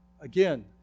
Again